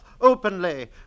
openly